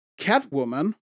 Catwoman